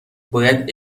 باید